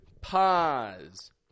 PAUSE